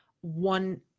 One